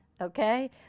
okay